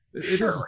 Sure